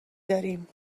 داریم